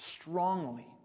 strongly